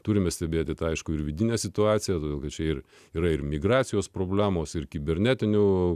turime stebėti aišku ir vidinę situaciją todėl kad čia ir yra ir migracijos problemos ir kibernetinių